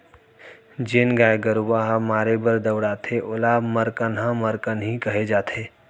जेन गाय गरूवा ह मारे बर दउड़थे ओला मरकनहा मरकनही कहे जाथे